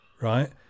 right